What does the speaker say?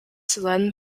then